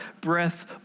breath